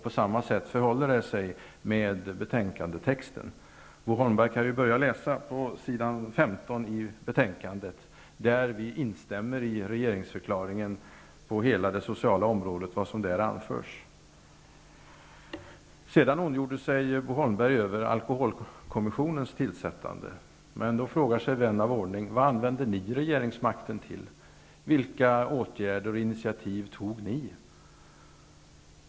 På samma sätt förhåller det sig med betänkandetexten. Bo Holmberg kan börja läsa på s. 15 i betänkandet. Där instämmer vi i regeringsförklaringen på hela det sociala området. Sedan ondgjorde sig Bo Holmberg över tillsättandet av alkoholkommissionen. Då frågar sig vän av ordning: Vad använde ni regeringsmakten till? Vilka åtgärder och initiativ tog ni?